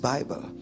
Bible